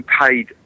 paid